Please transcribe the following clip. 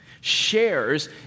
shares